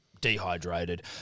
Dehydrated